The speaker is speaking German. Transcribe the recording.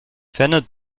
ferner